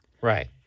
right